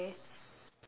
okay